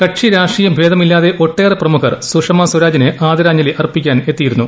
കക്ഷി രാഷ്ട്രീയ ഭേദമില്ലാതെ ഒട്ടേറെ പ്രമുഖർ സുഷമാ സ്വരാജിന് ആദരാഞ്ജലി അർപ്പിക്കാൻ എത്തിയിരുന്നു